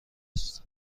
است